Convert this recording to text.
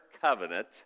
covenant